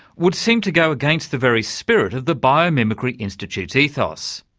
would seem to go against the very spirit of the biomimiciry institute's ethos.